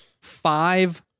five